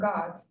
God